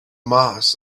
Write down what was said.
mars